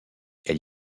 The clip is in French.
elle